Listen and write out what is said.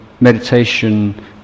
Meditation